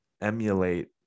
emulate